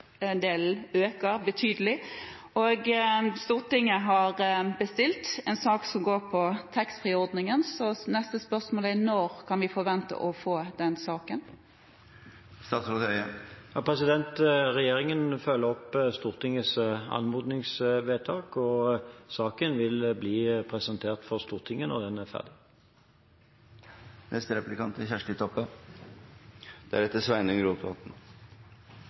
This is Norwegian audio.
øker betydelig. Stortinget har bestilt en sak som går på taxfree-ordningen, så neste spørsmål er: Når kan vi forvente å få den saken? Regjeringen følger opp Stortingets anmodningsvedtak, og saken vil bli presentert for Stortinget når den er ferdig.